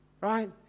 right